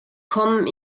kommen